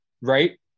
right